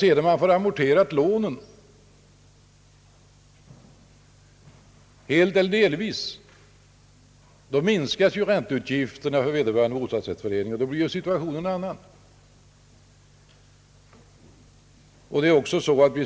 Sedan lånen amorterats helt eller delvis, minskar ränteutgifterna för föreningen, och då blir situationen en annan.